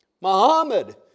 Muhammad